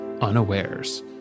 unawares